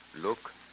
Look